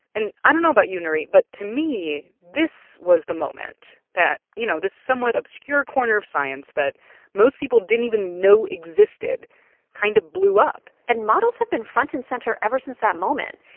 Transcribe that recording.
and i don't know about you, nurith, but to me, this was the moment that, you know, this somewhat obscure corner of science that most people didn't even know existed kind of blew up and models have been front and center ever since that moment.